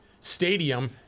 stadium